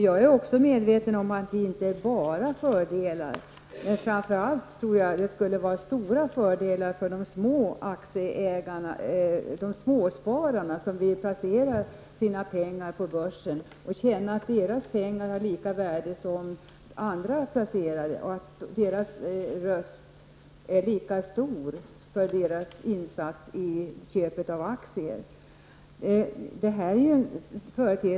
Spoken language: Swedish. Jag är också medveten om att det inte bara är fördelar, men framför allt tror jag att det skulle bli stora fördelar för småspararna som vill placera sina pengar på börsen och känna att deras pengar har lika värde som andra placerare och att deras röst är lika stor för deras insats i köpet av aktier.